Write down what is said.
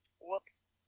Whoops